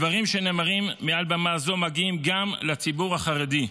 הדברים שנאמרים מעל במה זאת מגיעים גם לציבור החרדי.